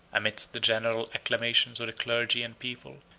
amidst the general acclamations of the clergy and people,